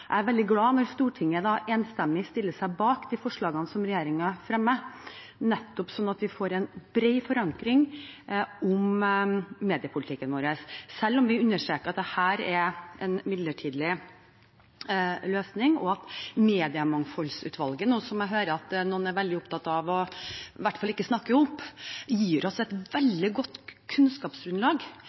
Jeg er veldig glad når Stortinget da enstemmig stiller seg bak de forslagene som regjeringen fremmer, slik at vi får en bred forankring om mediepolitikken vår, selv om vi understreker at dette er en midlertidig løsning. Mediemangfoldsutvalget, som jeg hører at noen er veldig opptatt av i hvert fall ikke å snakke opp, gir oss et veldig godt kunnskapsgrunnlag